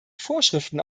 vorschriften